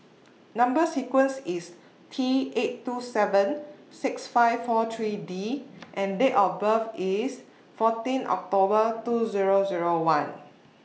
Number sequence IS T eight two seven six five four three D and Date of birth IS fourteen October two Zero Zero one